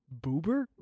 Boober